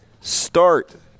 start